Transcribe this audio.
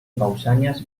pausanias